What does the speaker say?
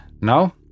Now